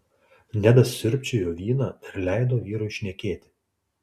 nedas siurbčiojo vyną ir leido vyrui šnekėti